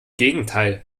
gegenteil